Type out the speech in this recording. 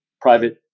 private